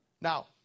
Now